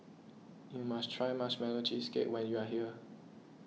you must try Marshmallow Cheesecake when you are here